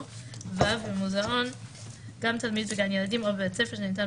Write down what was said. ו' במוזיאון גם תלמיד בגן ילדים או בבית ספר שניתן